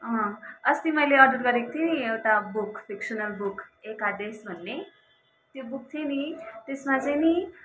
अँ अस्ति मैले अर्डर गरेको थिएँ नि एउटा बुक फिक्सनल बुक एकादेश भन्ने त्यो बुक थियो नि त्यसमा चाहिँ नि